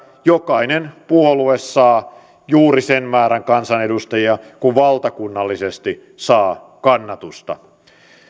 jokainen puolue saa juuri sen määrän kansanedustajia kuin valtakunnallisesti saa kannatusta